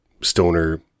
stoner